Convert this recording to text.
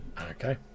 okay